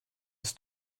ist